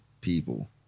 people